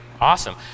Awesome